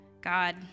God